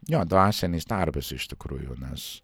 jo dvasinis darbas iš tikrųjų nes